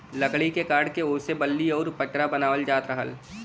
लकड़ी के काट के ओसे बल्ली आउर पटरा बनावल जात रहल